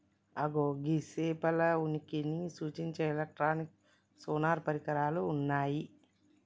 అగో గీ సేపల ఉనికిని సూచించే ఎలక్ట్రానిక్ సోనార్ పరికరాలు ఉన్నయ్యి